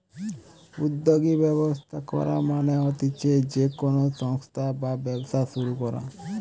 উদ্যোগী ব্যবস্থা করা মানে হতিছে যে কোনো সংস্থা বা ব্যবসা শুরু করা